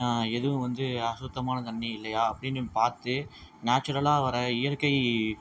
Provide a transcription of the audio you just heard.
எதுவும் வந்து அசுத்தமான தண்ணி இல்லையா அப்படின்னு பார்த்து நேச்சுரலாக வர இயற்கை